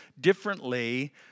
differently